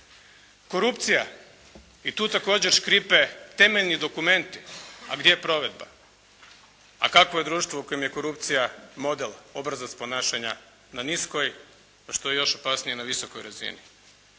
Korupcija. I tu također škripe temeljeni dokumenti. A gdje je provedba? A kakvo je društvo u kojem je korupcija model, obrazac ponašanja na niskoj, a što je još opasnije na visokoj razini.